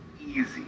easy